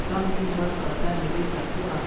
कम दिन बर करजा मिलिस जाथे का?